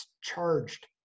charged